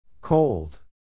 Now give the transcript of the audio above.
Cold